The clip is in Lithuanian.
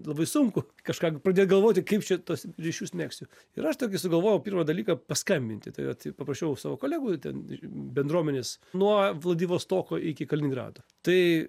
labai sunku kažką pradėt galvoti kaip čia tuos ryšius megzti ir aš tokį sugalvojau pirmą dalyką paskambinti tai vat paprašiau savo kolegų ten bendruomenės nuo vladivostoko iki kaliningrado tai